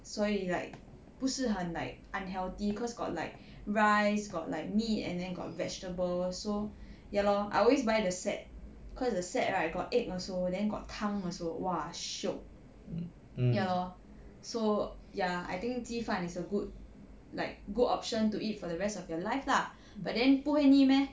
所以 like 不是很 like unhealthy cause got like rice got like meat and then got vegetable so ya lor I always buy the set cause it's a set right got egg also then got 汤 also !wah! shiok ya lor so ya I think 鸡饭 is a good like good option to eat for the rest of your life lah but then 不会腻 meh